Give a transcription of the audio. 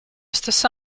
stesso